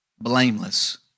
blameless